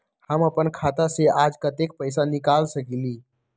हम अपन खाता से आज कतेक पैसा निकाल सकेली?